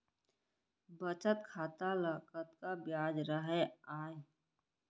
बचत खाता ल कतका ब्याज राहय आय?